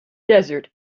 desert